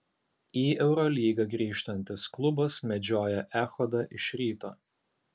į eurolygą grįžtantis klubas medžioja echodą iš ryto